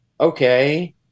Okay